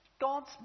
God's